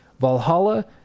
Valhalla